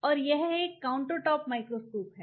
और यह एक कंपाउंड माइक्रोस्कोप है